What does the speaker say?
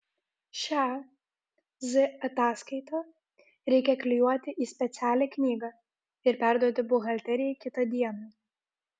šią z ataskaitą reikia klijuoti į specialią knygą ir perduoti buhalterijai kitą dieną